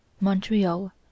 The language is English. Montreal